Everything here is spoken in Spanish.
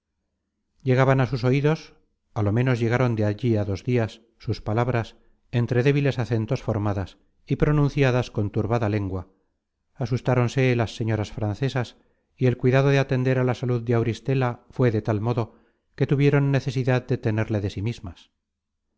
llegaron de allí a dos dias sus palabras entre débiles acentos formadas y pronunciadas con turbada lengua asustáronse las señoras francesas y el cuidado de atender a la salud de auristela fué de tal modo que tuvieron necesidad de tenerle de sí mismas